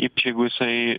čia jeigu jisai